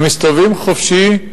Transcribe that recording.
הם מסתובבים חופשי,